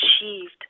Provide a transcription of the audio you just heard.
achieved